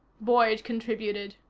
boyd contributed.